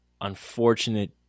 unfortunate